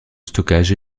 stockage